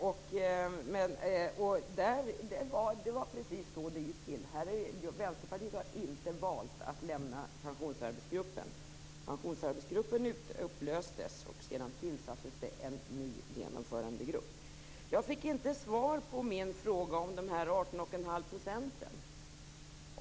Vänsterpartiet har alltså inte valt att lämna pensionsarbetsgruppen, utan denna upplöstes. Sedan tillsattes en ny genomförandegrupp. Jag fick inget svar på min fråga om de 18,5 procenten.